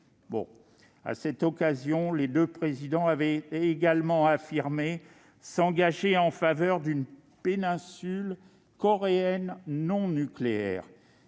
À cette occasion, les deux présidents ont également affirmé s'engager en faveur d'« une péninsule coréenne non nucléaire